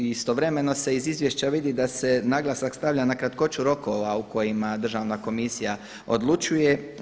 Istovremeno se iz Izvješća vidi da se naglasak stavlja na kratkoću rokova u kojima Državna komisija odlučuje.